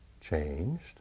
changed